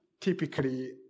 typically